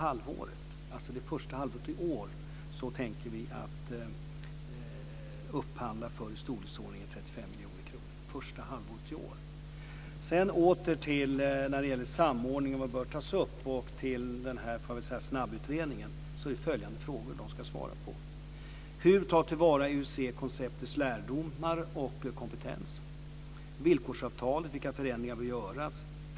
Vi tänker under det första halvåret i år upphandla för i storleksordningen 35 miljoner kronor. När det sedan gäller samordningen och snabbutredningen ska följande frågor besvaras. Hur ska man ta till vara lärdomar och kompetens från IUC projektet? Vilka förändringar får göras i villkorsavtalet?